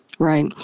Right